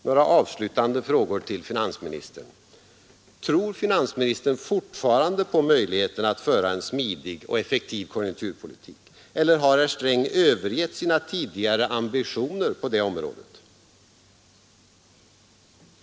Några avslutande frågor till finansministern: 1. Tror finansministern fortfarande på möjligheten att föra en smidig och effektiv konjunkturpolitik? Eller har herr Sträng övergett sina tidigare ambitioner på det området? 2.